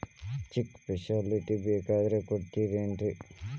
Check facility ಬೇಕಂದ್ರ ಕೊಡ್ತಾರೇನ್ರಿ?